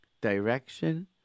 direction